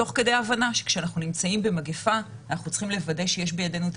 תוך כדי הבנה שאנחנו נמצאים במגיפה וצריכים לוודא שיש בידינו את